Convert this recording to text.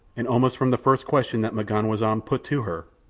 and almost from the first question that m'ganwazam put to her,